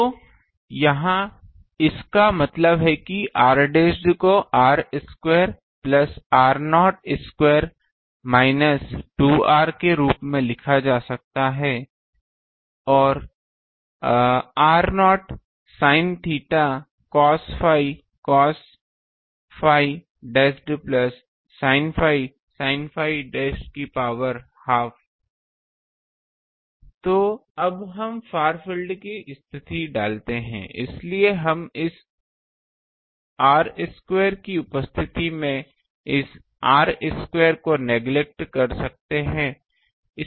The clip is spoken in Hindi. तो यह इसका मतलब है r डैशड को r square plus r0 square minus 2 r के रूप में लिखा जा सकता है r0 sin theta cos phi cos phi dashed plus sin phi sin phi dashed की पॉवर हाफ तो अब हम फार फील्ड की स्थिति डालते हैं इसलिए हम इस r स्क्वायर की उपस्थिति में इस r0 स्क्वायर को नेग्लेक्ट कर सकते हैं